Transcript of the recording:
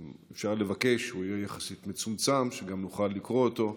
ואם אפשר לבקש שהוא יהיה יחסית מצומצם שגם נוכל לקרוא אותו.